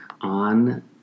on